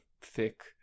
thick